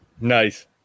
Nice